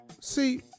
See